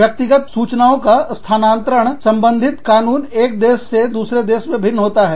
व्यक्तिगत सूचनाओं के स्थानांतरण संबंधित कानून एक देश से दूसरे देश में भिन्न होता है